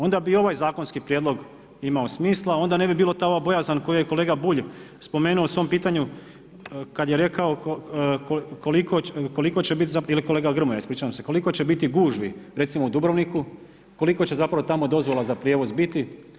Onda bi ovaj zakonski prijedlog imao smisla, onda ne bi bila ta bojazan koju je kolega Bulj spomenuo u svom pitanju kada je rekao koliko će biti, ili kolega Grmoja, ispričavam se, koliko će biti gužvi recimo u Dubrovniku, koliko će zapravo tamo dozvola za prijevoz biti.